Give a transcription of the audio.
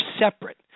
separate